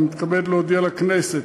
אני מתכבד להודיע לכנסת,